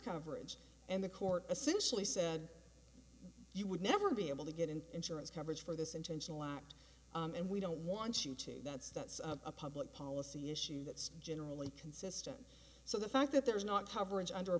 coverage and the court essentially said you would never be able to get an insurance coverage for this intentional act and we don't want you to that's that's a public policy issue that's generally consistent so the fact that there is not coverage under a